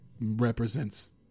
represents